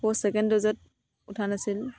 আকৌ ছেকেণ্ড ড'জত উঠা নাছিল